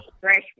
Fresh